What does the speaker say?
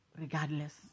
regardless